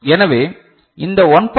எனவே இந்த 1